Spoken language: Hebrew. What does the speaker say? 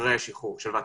אחרי השחרור.